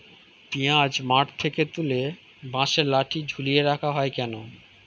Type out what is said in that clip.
পিঁয়াজ মাঠ থেকে তুলে বাঁশের লাঠি ঝুলিয়ে রাখা হয় কেন?